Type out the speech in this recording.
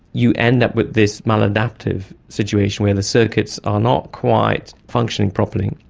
you end up with this maladaptive situation where the circuits are not quite functioning properly.